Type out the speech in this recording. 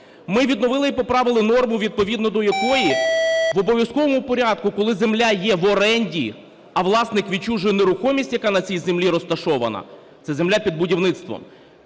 Ми відновили і поправили норму, відповідно до якої в обов'язковому порядку, коли земля є в оренді, а власник відчужує нерухомість, яка на цій землі розташована, це земля під будівництво,